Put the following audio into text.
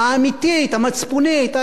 הערכית של העיתונאי,